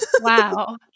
Wow